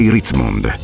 Ritzmond